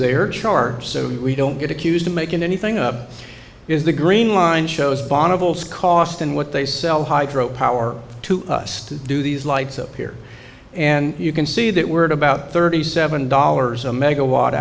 their char so we don't get accused of making anything up is the green line shows bonobos cost and what they sell hydro power to us to do these lights up here and you can see that we're at about thirty seven dollars a megawa